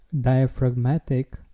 diaphragmatic